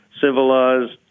civilized